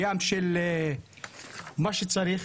הרבה מאוד מה שצריך.